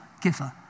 giver